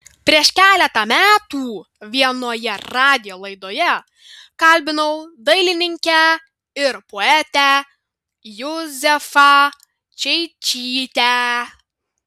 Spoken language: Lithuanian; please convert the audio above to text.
prieš keletą metų vienoje radijo laidoje kalbinau dailininkę ir poetę juzefą čeičytę